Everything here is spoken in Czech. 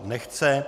Nechce.